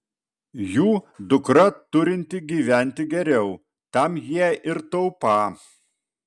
jų dukra turinti gyventi geriau tam jie ir taupą